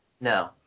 No